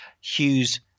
Hughes